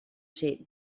ser